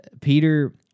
Peter